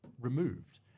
removed